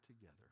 together